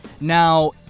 Now